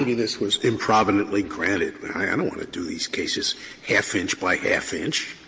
this was improvidently granted. i don't want to do these cases half inch by half inch.